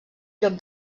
lloc